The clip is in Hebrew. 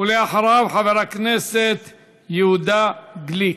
ואחריו, חבר הכנסת יהודה גליק.